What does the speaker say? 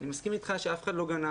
אני מסכים אתך שאף אחד לא גנב,